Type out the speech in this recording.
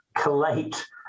collate